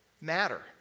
matter